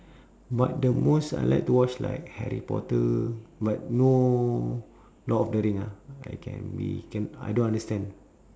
but the most I like to watch like harry potter but no lord of the ring ah I can be I don't understand